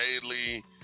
daily